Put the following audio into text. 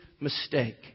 mistake